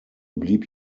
blieb